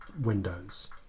windows